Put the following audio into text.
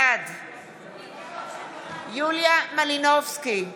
בעד יוליה מלינובסקי קונין,